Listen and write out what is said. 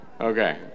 Okay